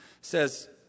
Says